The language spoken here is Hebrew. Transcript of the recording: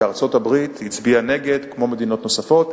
ארצות-הברית הצביעה נגד, כמו מדינות נוספות.